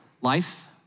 Life